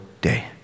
day